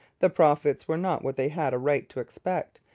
the profits were not what they had a right to expect.